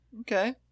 Okay